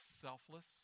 selfless